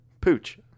pooch